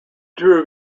drew